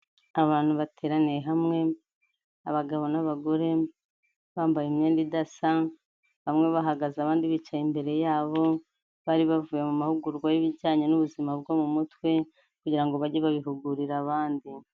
Abantu bateraniye hamwe, abagabo n'abagore bambaye imyenda idasanzwe, bamwe bahagaze, abandi bicaye imbere yabo, bari bavuye mu mahugurwa y'ibijyanye n'ubuzima bwo mu mutwe ,kugira ngo bajye babihugurira abandi.